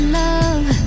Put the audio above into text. love